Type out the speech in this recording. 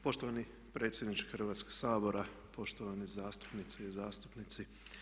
Poštovani predsjedniče Hrvatskoga sabora, poštovane zastupnice i zastupnici.